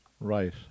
right